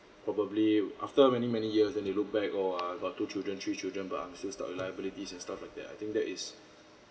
probably after many many years then they look back orh uh I got two children three children but I'm still stuck with liabilities and stuff like that I think that is